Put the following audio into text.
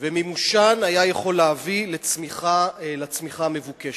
ומימושן היה יכול להביא לצמיחה המבוקשת.